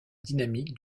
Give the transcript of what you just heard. dynamique